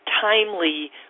timely